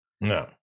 No